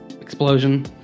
explosion